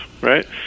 right